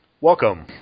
Welcome